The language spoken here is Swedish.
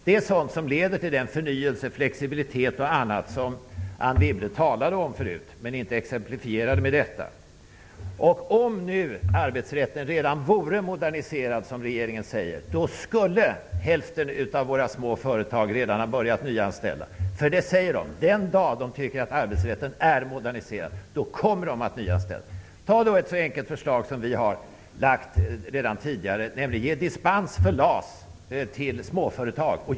Det är sådant som leder till den förnyelse och flexibilitet som Anne Wibble tidigare talade om men inte exemplifierade. Om nu arbetsrätten redan vore moderniserad, som regeringen säger att den är, skulle hälften av våra små företag redan ha börjat nyanställa. De säger att de kommer att nyanställa den dag de tycker att arbetsrätten har blivit moderniserad. Ta ett så enkelt förslag som det som vi tidigare har lagt fram, nämligen att ge dispens för LAS till småföretag.